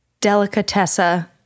Delicatessa